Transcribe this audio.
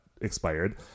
expired